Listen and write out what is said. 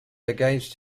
against